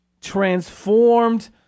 transformed